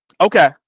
Okay